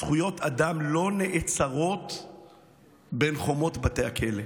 זכויות אדם לא נעצרות בין חומות בתי הכלא.